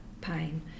pain